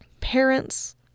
parents